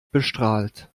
bestrahlt